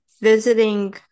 visiting